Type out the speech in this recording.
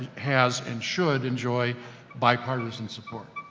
has and should enjoy bipartisan support.